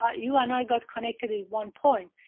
ah you and i got connected in one point.